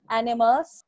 animals